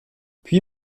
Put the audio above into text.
puis